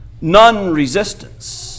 non-resistance